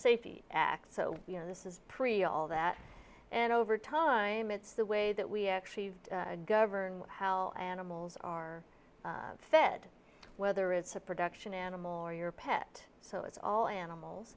safety act you know this is pre all that and over time it's the way that we actually govern how animals are fed whether it's a production animal or your pet so it's all animals